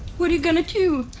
what are you gonna do?